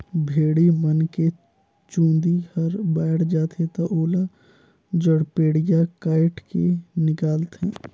भेड़ी मन के चूंदी हर बायड जाथे त ओला जड़पेडिया कायट के निकालथे